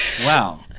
Wow